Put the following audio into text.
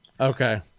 Okay